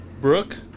Brooke